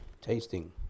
tasting